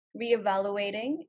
reevaluating